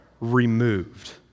removed